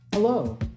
Hello